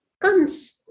comes